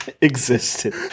existed